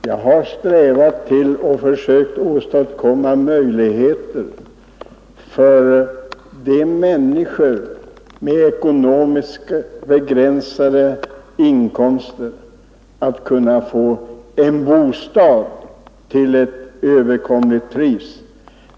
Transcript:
Jag har strävat efter att försöka åstadkomma möjligheter för människor med ekonomiskt begränsade inkomster att kunna få en bostad till ett överkomligt pris.